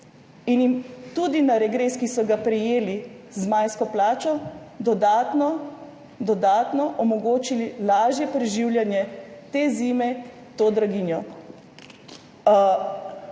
jim tudi na regres, ki so ga prejeli z majsko plačo, dodatno omogočili lažje preživljanje te zime, to draginjo.